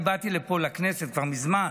אני באתי לפה לכנסת, כבר מזמן,